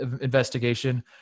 investigation